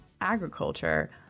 agriculture